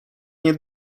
nie